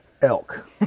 elk